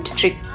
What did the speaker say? trick